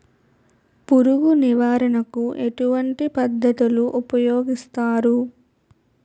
పురుగు నివారణ కు ఎటువంటి పద్ధతులు ఊపయోగిస్తారు?